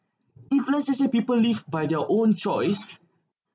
influences you you people live by their own choice